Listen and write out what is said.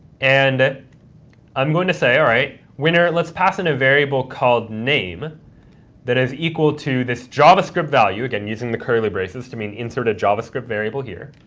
and i'm going to say, all right, winner, let's pass in a variable called name that is equal to this javascript value, again using the curly braces to mean insert a javascript variable here,